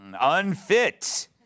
Unfit